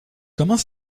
comment